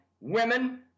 women